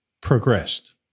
progressed